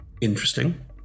interesting